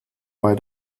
bei